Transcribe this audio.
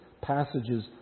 passages